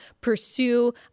pursue